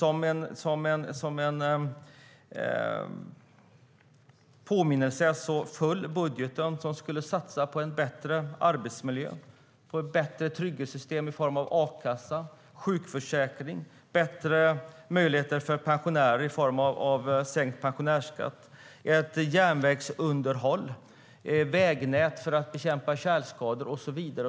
Som en påminnelse föll den budget som skulle satsa på en bättre arbetsmiljö och ett bättre trygghetssystem i form av a-kassa och sjukförsäkring. Det skulle satsas på bättre möjligheter för pensionärer, i form av sänkt pensionärsskatt, samt på järnvägsunderhåll, ett vägnät för att bekämpa tjälskador och så vidare.